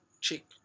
chick